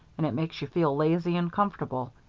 and it makes you feel lazy and comfortable,